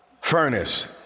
furnace